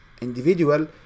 individual